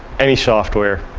any software,